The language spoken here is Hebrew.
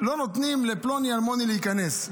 לא נותנים לפלוני-אלמוני להיכנס,